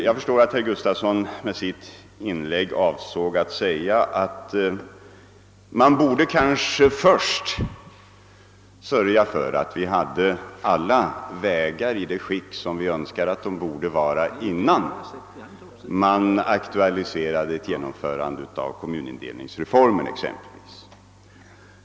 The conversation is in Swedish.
Jag förstår att herr Gustavsson med sitt inlägg avsåg att säga att man kanske först borde sörja för att vi hade alla vägar i det skick vi önskar innan man aktualiserade ett genomförande av exempelvis kommunindelningsreformen.